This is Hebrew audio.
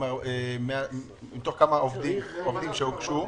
מתוך כמה עובדים שהוגשו?